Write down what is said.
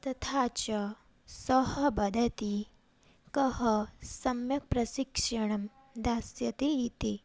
तथा च सः वदति कः सम्यक् प्रशिक्षणं दास्यति इति